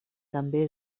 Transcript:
també